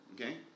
Okay